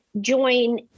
join